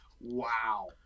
wow